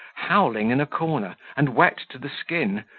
howling in a corner, and wet to the skin,